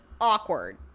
awkward